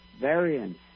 variance